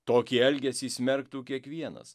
tokį elgesį smerktų kiekvienas